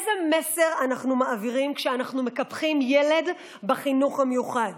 איזה מסר אנחנו מעבירים כשאנחנו מקפחים ילד בחינוך המיוחד?